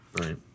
Right